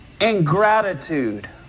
ingratitude